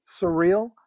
surreal